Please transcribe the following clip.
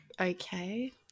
Okay